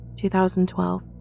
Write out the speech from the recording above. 2012